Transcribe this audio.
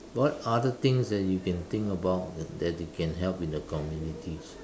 what other things that you can think about that that you can help in the communities